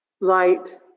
light